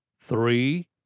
Three